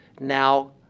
now